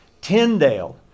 Tyndale